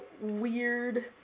weird